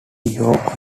york